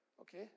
Okay